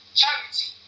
charity